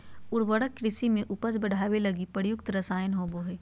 उर्वरक कृषि में उपज बढ़ावे लगी प्रयुक्त रसायन होबो हइ